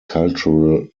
cultural